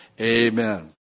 Amen